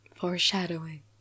foreshadowing